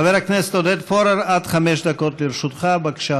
חבר הכנסת עודד פורר, עד חמש דקות לרשותך, בבקשה,